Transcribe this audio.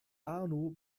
arno